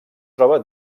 troba